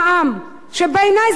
שבעיני זה נורא.